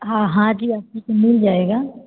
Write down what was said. हाँ हाँ जी आपको तो मिल जाएगा